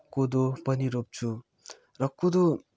कोदो पनि रोप्छु र कोदो